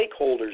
stakeholders